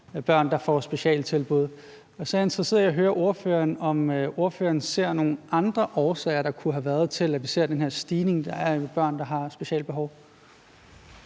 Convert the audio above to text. har behov for specialtilbud. Jeg er interesseret i at høre ordføreren, om ordføreren ser nogle andre årsager, der kunne være til, at vi ser den her stigning i antallet af børn, der har behov